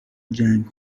جنگ